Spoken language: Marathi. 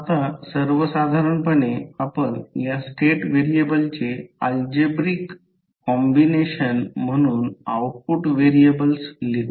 आता सर्वसाधारणपणे आपण या स्टेट व्हेरिएबलचे अल्जेब्रिक कॉम्बिनेशन म्हणून आउटपुट व्हेरिएबल लिहू